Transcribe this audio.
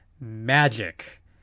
magic